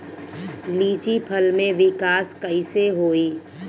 लीची फल में विकास कइसे होई?